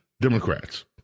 Democrats